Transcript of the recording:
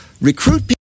recruit